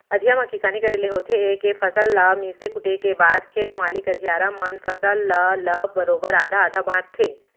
अधिया म किसानी करे ले होथे ए के फसल ल मिसे कूटे के बाद खेत मालिक अधियारा मन फसल ल ल बरोबर आधा आधा बांटथें